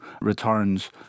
returns